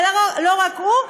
זה לא רק הוא,